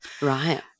Right